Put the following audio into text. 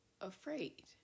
afraid